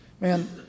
Man